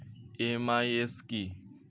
MIS কি?